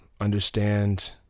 understand